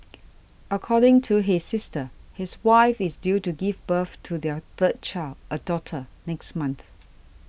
according to his sister his wife is due to give birth to their third child a daughter next month